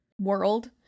world